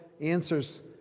answers